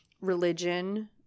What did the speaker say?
religion